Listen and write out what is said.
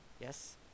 Yes